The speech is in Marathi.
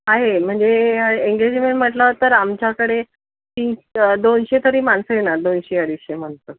आहे म्हणजे एंगेजमेंट म्हटलं तर आमच्याकडे तीन दोनशे तरी माणसं येणार दोनशे अडीचशे माणसं